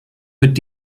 mit